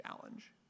Challenge